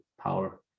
power